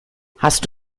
hast